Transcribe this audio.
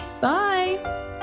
Bye